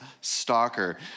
Stalker